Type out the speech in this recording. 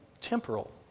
temporal